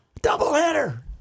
Doubleheader